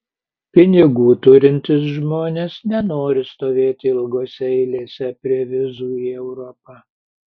pinigų turintys žmonės nenori stovėti ilgose eilėse prie vizų į europą